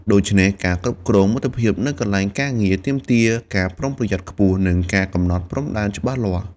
ដូច្នេះ ការគ្រប់គ្រងមិត្តភាពនៅកន្លែងការងារទាមទារការប្រុងប្រយ័ត្នខ្ពស់ និងការកំណត់ព្រំដែនច្បាស់លាស់។